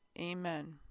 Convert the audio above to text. Amen